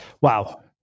Wow